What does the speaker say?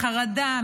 מחרדה,